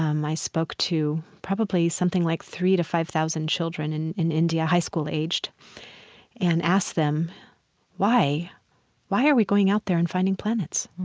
um i spoke to probably something like three thousand to five thousand children and in india, high school-aged, and asked them why why are we going out there and finding planets?